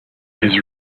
his